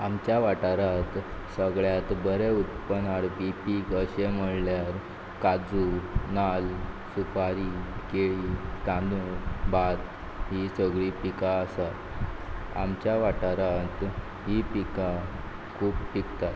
आमच्या वाठारांत सगळ्यात बरें उत्पन्न हाडपी पीक अशें म्हळ्ळ्यार काजू नाल्ल सुपारी केळीं तांदूळ भात हीं सगळीं पिकां आसात आमच्या वाठारात हीं पिकां खूब पिकतात